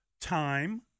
time